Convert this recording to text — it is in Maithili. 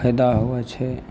फैदा होइ छै